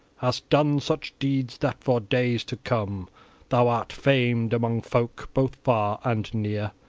hast done such deeds, that for days to come thou art famed among folk both far and near,